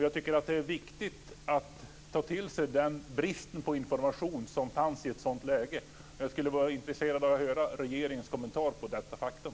Jag tycker att det är viktigt att ta till sig den brist på information som fanns i ett sådant läge. Jag skulle vara intresserad av att höra regeringens kommentar till detta faktum.